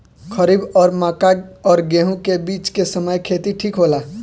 खरीफ और मक्का और गेंहू के बीच के समय खेती ठीक होला?